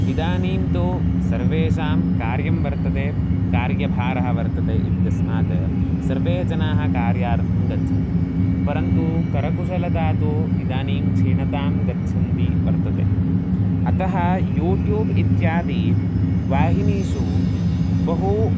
इदानीं तु सर्वेषां कार्यं वर्तते कार्यभारः वर्तते इत्यस्मात् सर्वे जनाः कार्यार्थं गच्छन्ति परन्तु करकुशलता तु इदानीं क्षीणतां गच्छति वर्तते अतः यूट्यूब् इत्यादिषु वाहिनीषु बहु